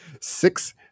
six